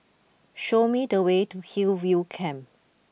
show me the way to Hillview Camp